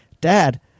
Dad